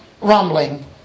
rumbling